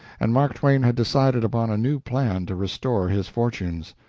and mark twain had decided upon a new plan to restore his fortunes.